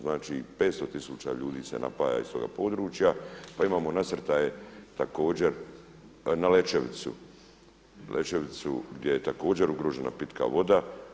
Znači 500 tisuća ljudi se napaja iz toga područja, pa imamo nasrtaje također na Lećevicu gdje je također ugrožena pitka voda.